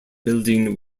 building